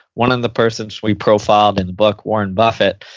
one of the persons we profiled in the book, warren buffet,